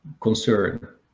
concern